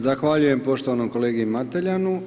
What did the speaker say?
Zahvaljujem poštovanom kolegi Mateljanu.